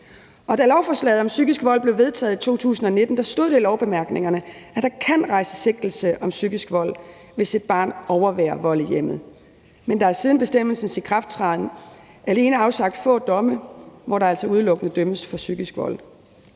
Da lovforslaget om psykisk vold blev vedtaget i 2019, stod der i bemærkningerne til lovforslaget, at der kan rejses sigtelse om psykisk vold, hvis et barn overværer vold i hjemmet, men der er siden bestemmelsens ikrafttræden kun afsagt få domme, hvor der altså udelukkende dømmes for psykisk vold.